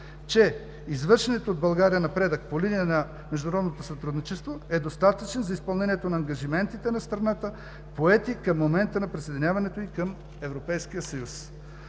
че извършеният от България напредък по линия на международното сътрудничество е достатъчен за изпълнението на ангажиментите на страната, поети към момента на присъединяването ѝ към Европейския съюз.